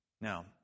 Now